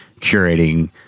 curating